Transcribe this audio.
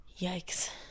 Yikes